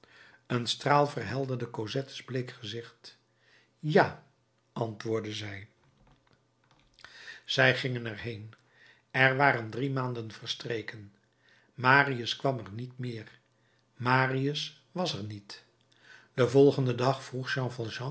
een straal verhelderde cosette's bleek gezicht ja antwoordde zij zij gingen er heen er waren drie maanden verstreken marius kwam er niet meer marius was er niet den volgenden dag vroeg